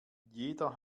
jeder